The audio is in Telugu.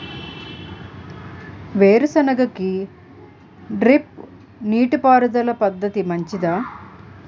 వేరుసెనగ కి డ్రిప్ నీటిపారుదల పద్ధతి మంచిదా?